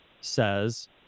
says